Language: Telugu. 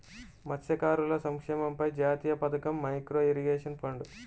మత్స్యకారుల సంక్షేమంపై జాతీయ పథకం, మైక్రో ఇరిగేషన్ ఫండ్